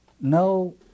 no